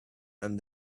and